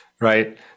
Right